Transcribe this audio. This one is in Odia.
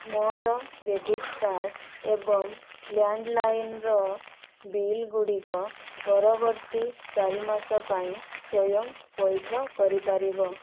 ମୋ'ର କ୍ରେଡିଟ୍ କାର୍ଡ଼୍ ଏବଂ ଲ୍ୟାଣ୍ଡ୍ଲାଇନ୍ର ବିଲଗୁଡ଼ିକ ପରବର୍ତ୍ତୀ ଚାରି ମାସ ପାଇଁ ସ୍ଵୟଂ ପଇଠ କରିପାରିବ